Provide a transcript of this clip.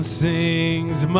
sings